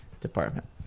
department